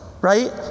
right